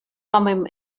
thummim